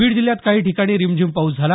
बीड जिल्ह्यात काही ठिकाणी रिमझीम पाऊस झाला